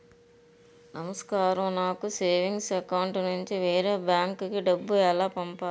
నమస్కారం నాకు savings account నుంచి వేరే బ్యాంక్ కి డబ్బు ఎలా పంపాలి?